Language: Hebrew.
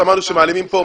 שמענו שמעלימים פה,